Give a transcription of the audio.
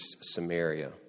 Samaria